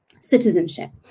citizenship